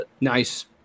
Nice